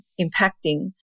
impacting